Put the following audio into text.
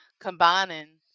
combining